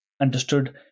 understood